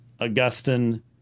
Augustine